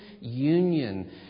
union